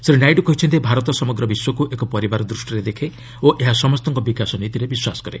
ଶ୍ରୀ ନାଇଡୁ କହିଛନ୍ତି ଭାରତ ସମଗ୍ର ବିଶ୍ୱକୁ ଏକ ପରିବାର ଦୃଷ୍ଟିରେ ଦେଖେ ଓ ଏହା ସମସ୍ତଙ୍କ ବିକାଶ ନୀତିରେ ବିଶ୍ୱାସ କରେ